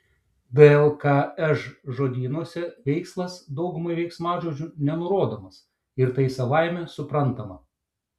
dlkž žodynuose veikslas daugumai veiksmažodžių nenurodomas ir tai savaime suprantama